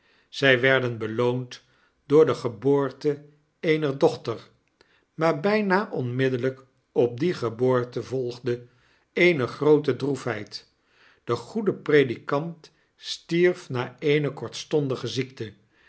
zy werden beloond door de geboorte eener dochter maar byna onraiddellyk op die geboorte volgde eene groote droefheid de goede predikant stierf na eene kortstondige ziekte